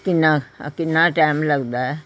ਕਿੰਨਾ ਕਿੰਨਾ ਟਾਈਮ ਲੱਗਦਾ